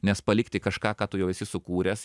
nes palikti kažką ką tu jau esi sukūręs